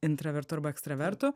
intravertu arba ekstravertu